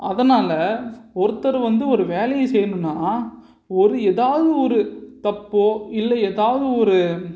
அதனால் ஒருத்தர் வந்து ஒரு வேலையை செய்யணுன்னா ஒரு ஏதாவது ஒரு தப்போ இல்லை ஏதாவது ஒரு